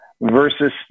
versus